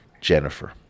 Jennifer